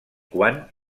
quan